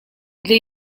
для